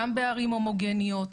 גם בערים הומוגניות,